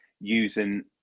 using